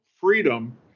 freedom